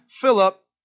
Philip